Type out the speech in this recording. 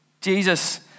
Jesus